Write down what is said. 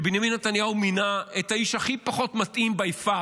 כשבנימין נתניהו מינה את האיש הכי פחות מתאים by far,